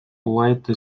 lighter